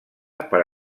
per